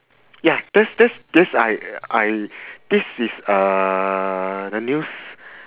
ya that's that's that's I I this is uh the news